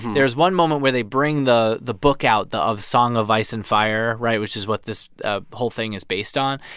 there's one moment where they bring the the book out of song of ice and fire right? which is what this ah whole thing is based on.